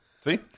See